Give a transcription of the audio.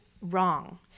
wrong